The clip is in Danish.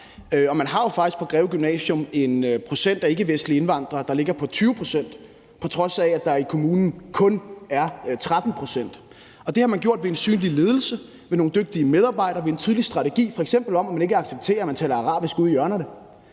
Og man har jo faktisk på Greve Gymnasium et procenttal af ikkevestlige indvandrere, der ligger på 20, på trods af at det i kommunen kun er 13 pct. Det har man gjort ved at have en synlig ledelse, ved at have nogle dygtige medarbejdere og ved at have en tydelig strategi, f.eks. om, at man ikke accepterer, at der tales arabisk ude i krogene.